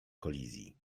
kolizji